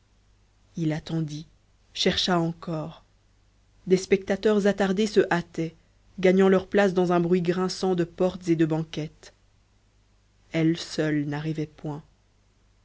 il attendit chercha encore des spectateurs attardés se hâtaient gagnant leurs places dans un bruit grinçant de portes et de banquettes elle seule n'arrivait point